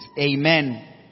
Amen